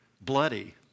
Bloody